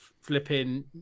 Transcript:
flipping